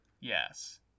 yes